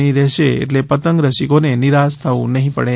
ની રહેશે આટલે પતંગ રસિકોને નિરાશ નહીં થવું પડે